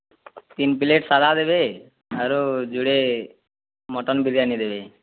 ତିନ୍ ପ୍ଲେଟ୍ ସାଧା ଦେବେ ଆରୁ ଜୁଡ଼େ ମଟନ୍ ବିରିୟାନୀ ଦେବେ